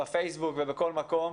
בפייסבוק ובכל מקום.